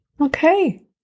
Okay